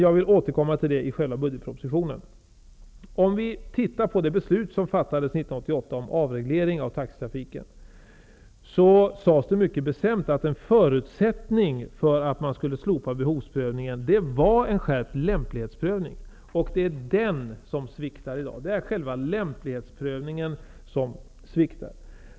Om vi tittar på det beslut som fattades 1988 om avreglering av taxitrafiken, finner vi att det där sades mycket bestämt att en förutsättning för att man skulle slopa behovsprövningen var en skärpt lämplighetsprövning. Det är den som sviktar i dag.